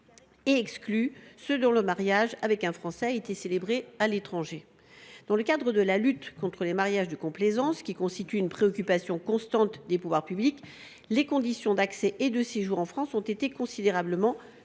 et exclut ceux dont le mariage avec un Français a été célébré à l’étranger. Dans le cadre de la lutte contre les mariages de complaisance, qui constitue une préoccupation constante des pouvoirs publics, les conditions d’accès et de séjour en France ont été considérablement durcies